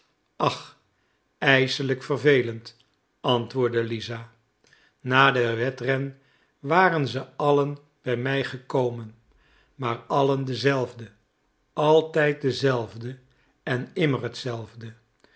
ach ijselijk vervelend antwoordde lisa na den wedren waren ze allen bij mij gekomen maar allen dezelfden altijd dezelfden en immer hetzelfde